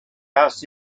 asked